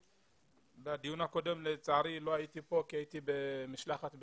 אני בדיון הקודם לצערי לא הייתי פה כי הייתי במשלחת בחו"ל,